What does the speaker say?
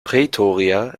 pretoria